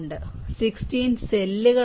16 സെല്ലുകൾ ഉണ്ട്